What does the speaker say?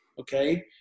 okay